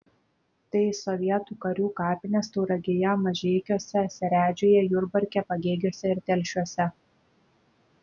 tai sovietų karių kapinės tauragėje mažeikiuose seredžiuje jurbarke pagėgiuose ir telšiuose